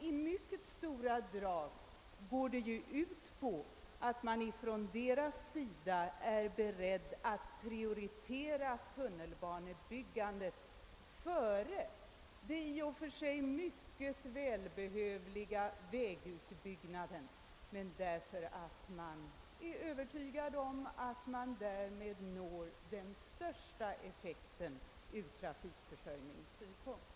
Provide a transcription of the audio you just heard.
I mycket stora drag går det ut på att man är beredd att prioritera tunnelbanebyggandet före den i och för sig mycket välbehövliga vägutbyggnaden, därför att man är övertygad om att man därmed uppnår den bästa effekten från trafikförsörjningssynpunkt.